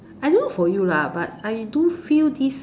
I don't know for you lah but I do feel this